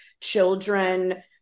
children